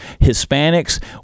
Hispanics